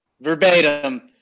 verbatim